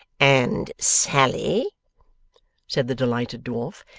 and sally said the delighted dwarf.